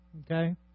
Okay